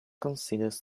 considers